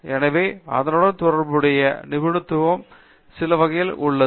எனவே அதனுடன் தொடர்புடைய நிபுணத்துவம் சில வகையாக உள்ளது